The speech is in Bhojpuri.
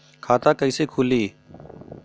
खाता कइसे खुली?